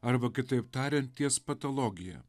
arba kitaip tariant ties patologija